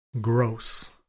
Gross